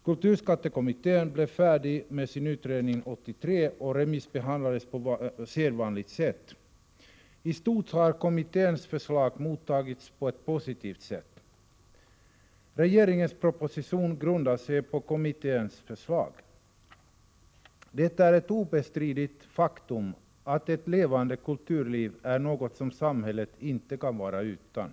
Kulturskattekommittén blev färdig med sin utredning 1983, och den remissbehandlades på sedvanligt vis. I stort har kommitténs förslag mottagits på ett positivt sätt. Regeringens proposition grundar sig på kommitténs förslag. Det är ett obestridligt faktum att ett levande kulturliv är något som samhället inte kan vara utan.